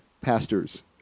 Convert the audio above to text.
pastors